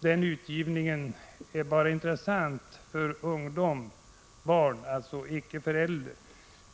den utgivningen är intressant bara för barn och ungdomar och inte för äldre.